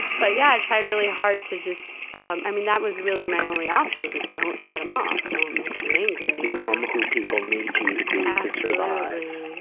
but yeah, i tried really hard to just, um i mean, that was really my only option, was like, don't set him off. don't make him angry. become who people need you to be to survive.